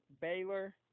Baylor